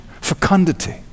fecundity